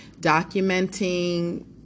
documenting